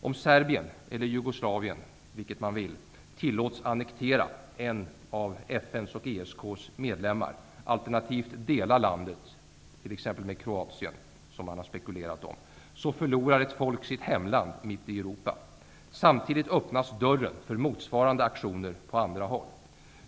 Om Serbien -- eller Jugoslavien, vilket man vill -- tillåts annektera en av FN:s och ESK:s medlemmar, alternativt dela landet t.ex. med Kroatien, som man har spekulerat om, förlorar ett folk sitt hemland, mitt i Europa. Samtidigt öppnas dörren för motsvarande aktioner på andra håll.